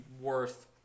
worth